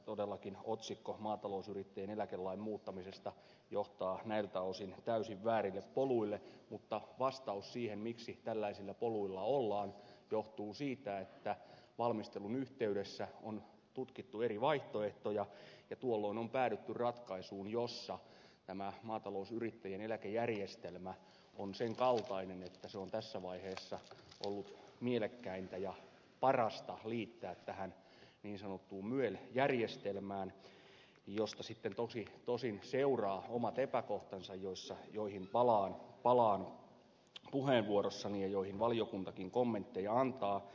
todellakin otsikko maatalousyrittäjän eläkelain muuttamisesta johtaa näiltä osin täysin väärille poluille mutta vastaus siihen miksi tällaisilla poluilla ollaan johtuu siitä että valmistelun yhteydessä on tutkittu eri vaihtoehtoja ja tuolloin on päädytty ratkaisuun jossa maatalousyrittäjäin eläkejärjestelmä on sen kaltainen että se on tässä vaiheessa ollut mielekkäintä ja parasta liittää niin sanottuun myel järjestelmään josta sitten tosin seuraa omat epäkohtansa joihin palaan puheenvuorossani ja joihin valiokuntakin kommentteja antaa